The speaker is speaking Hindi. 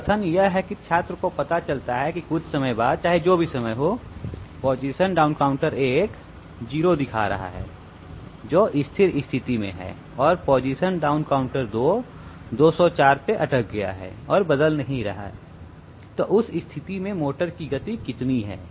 तो कथन यह है कि छात्र को पता चलता है कि कुछ समय बाद चाहे जो भी समय हो पोजीशन डाउन काउंटर 1 0 दिखा रहा है जो स्थिर स्थिति है और पोजीशन डाउन काउंटर 2 204 पर अटक गया है और बदल नहीं रहा है तो उस स्थिति में मोटर की गति कितनी है